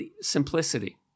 simplicity